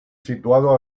situado